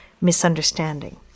misunderstanding